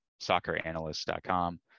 socceranalyst.com